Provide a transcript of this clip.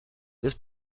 this